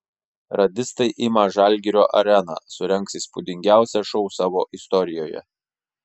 radistai ima žalgirio areną surengs įspūdingiausią šou savo istorijoje